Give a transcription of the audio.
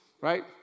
right